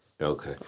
Okay